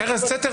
ארז, צא תירגע.